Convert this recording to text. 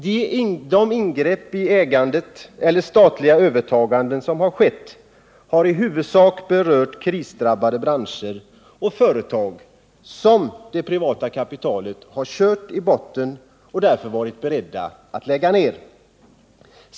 De ingrepp i ägandet eller statliga övertagande som skett har i huvudsak berört krisdrabbade branscher och företag som det privata kapitalet kört i botten och varit beredda att lägga ned.